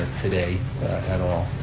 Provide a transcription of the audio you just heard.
today at all,